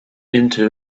into